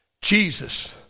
Jesus